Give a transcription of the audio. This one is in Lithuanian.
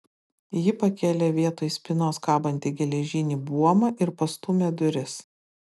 ji pakėlė vietoj spynos kabantį geležinį buomą ir pastūmė duris